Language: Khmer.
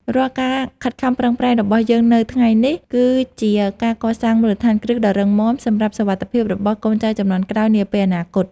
រាល់ការខិតខំប្រឹងប្រែងរបស់យើងនៅថ្ងៃនេះ គឺជាការកសាងមូលដ្ឋានគ្រឹះដ៏រឹងមាំសម្រាប់សុវត្ថិភាពរបស់កូនចៅជំនាន់ក្រោយនាពេលអនាគត។